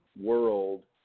world